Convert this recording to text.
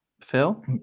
Phil